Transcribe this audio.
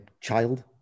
child